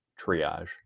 triage